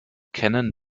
kennen